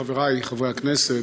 חברי חברי הכנסת,